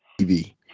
TV